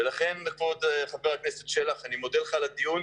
כבוד חבר הכנסת שלח, אני מודה לך על הדיון.